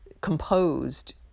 composed